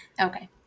Okay